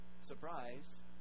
surprise